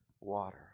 water